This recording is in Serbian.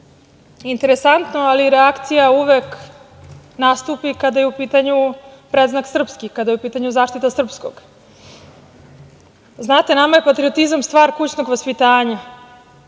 skupštini. Interesantno, ali reakcija uvek nastupi kada je u pitanju predznak srpski, kada je u pitanju zaštita srpskog. Znate, nama je patriotizam stvar ključnog vaspitanja,